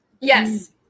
yes